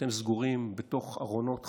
ואתם סגורים בתוך ארונות חשוכים,